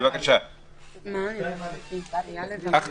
אבל